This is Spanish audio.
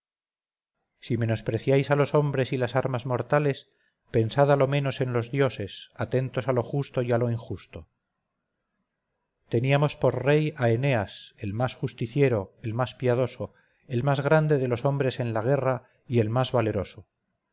si menospreciáis a los hombres y las armas mortales pensad a lo menos en los dioses atentos a lo justo y a lo injusto teníamos por rey a eneas el más justiciero el más piadoso el más grande de los hombres en la guerra y el más valeroso